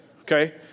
okay